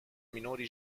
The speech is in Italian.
minori